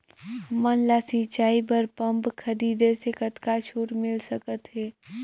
हमन ला सिंचाई बर पंप खरीदे से कतका छूट मिल सकत हे?